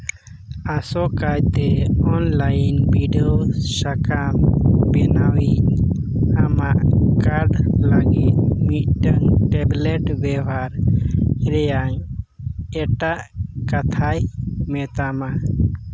ᱟᱥᱚᱠᱟᱭᱛᱮ ᱚᱱᱞᱟᱭᱤᱱ ᱰᱤᱰᱟᱹᱣ ᱥᱟᱠᱟᱢ ᱵᱮᱱᱟᱣᱤᱡᱽ ᱟᱢᱟᱜ ᱠᱟᱨᱰ ᱞᱟᱹᱜᱤᱫ ᱢᱤᱫᱴᱟᱝ ᱴᱮᱢᱯᱞᱮᱴ ᱵᱮᱣᱦᱟᱨ ᱨᱮᱭᱟᱜ ᱮᱴᱟᱜ ᱠᱟᱛᱷᱟᱭ ᱢᱮᱛᱟᱢᱟ